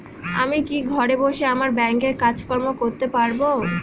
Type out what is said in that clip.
আমি কি ঘরে বসে আমার ব্যাংকের কাজকর্ম করতে পারব?